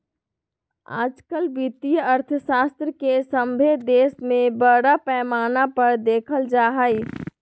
आजकल वित्तीय अर्थशास्त्र के सभे देश में बड़ा पैमाना पर देखल जा हइ